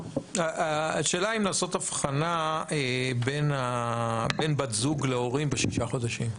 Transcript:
השאלה אם לעשות הבחנה בין בת זוג להורים בשישה חודשים.